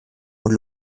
und